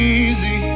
easy